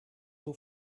too